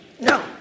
no